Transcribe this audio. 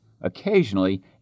Occasionally